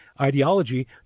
ideology